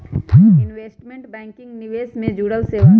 investment banking निवेश से जुड़ल सेवा हई